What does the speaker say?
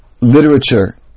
literature